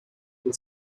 will